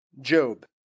Job